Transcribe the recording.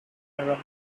level